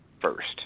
first